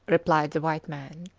replied the white man.